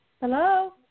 Hello